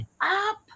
up